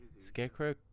Scarecrow